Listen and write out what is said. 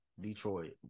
Detroit